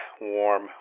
warm